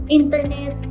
internet